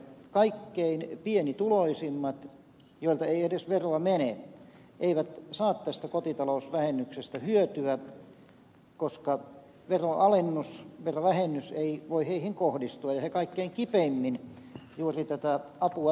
kaikkein pienituloisimmat joilta ei edes veroa mene eivät saa tästä kotitalousvähennyksestä hyötyä koska verovähennys ei voi heihin kohdistua ja he kaikkein kipeimmin juuri tätä apua tarvitsisivat